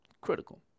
Critical